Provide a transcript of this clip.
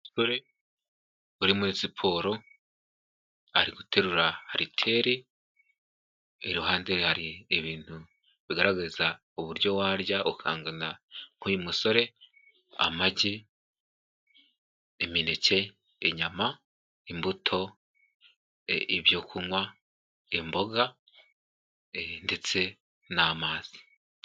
Umusore uri muri siporo, ari guterura ariteri, iruhande hari ibintu bigaragaza uburyo warya ukangana nk'uyu musore, amagi, imineke, inyama, imbuto ,ibyo kunywa, imboga ndetse n'amazi.